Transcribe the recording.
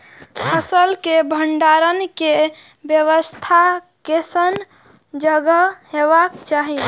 फसल के भंडारण के व्यवस्था केसन जगह हेबाक चाही?